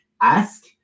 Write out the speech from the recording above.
ask